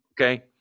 Okay